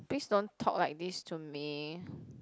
please don't talk like this to me